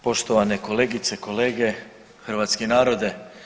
Poštovane kolegice i kolege, hrvatski narode.